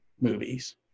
movies